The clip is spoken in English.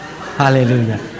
Hallelujah